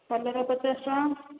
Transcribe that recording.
କଲରା ପଚାଶ ଟଙ୍କା